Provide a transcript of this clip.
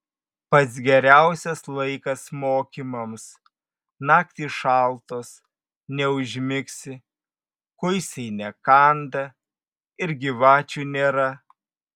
pats geriausias laikas mokymams naktys šaltos neužmigsi kuisiai nekanda ir gyvačių nėra